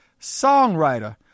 songwriter